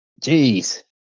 jeez